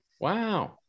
Wow